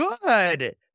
Good